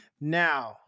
Now